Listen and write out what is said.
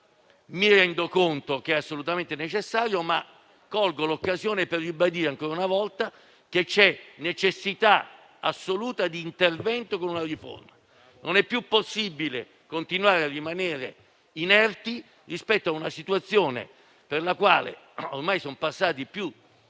mi rendo conto che è assolutamente necessario, ma colgo l'occasione per ribadire, ancora una volta, che c'è assoluta necessità di una riforma. Non è più possibile continuare a rimanere inerti di fronte a una situazione rispetto alla quale - ormai sono passati più